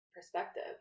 perspective